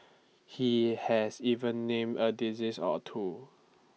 he has even named A disease or two